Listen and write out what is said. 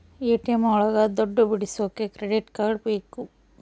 ATM ಒಳಗ ದುಡ್ಡು ಬಿಡಿಸೋಕೆ ಕ್ರೆಡಿಟ್ ಕಾರ್ಡ್ ಬೇಕು